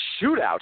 Shootout